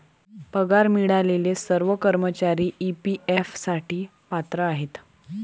पगार मिळालेले सर्व कर्मचारी ई.पी.एफ साठी पात्र आहेत